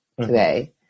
today